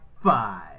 five